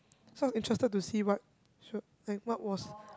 so I interested to see what she was like what was